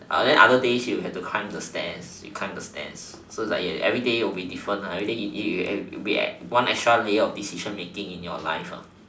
and then other days you have the climb the stairs you climb the stairs so everyday will be different everyday it will be one extra layer of decision making in your life